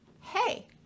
hey